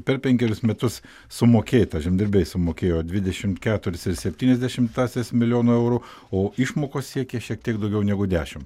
per penkerius metus sumokėta žemdirbiai sumokėjo dvidešimt keturis ir septynias dešimtąsias milijonų eurų o išmokos siekė šiek tiek daugiau negu dešim